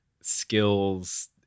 skills